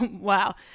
Wow